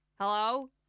hello